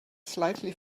slightly